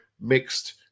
mixed